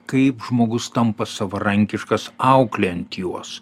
kaip žmogus tampa savarankiškas auklėjant juos